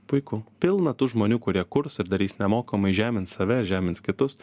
puiku pilna tų žmonių kurie kurs ir darys nemokamai žemins save žemins kitus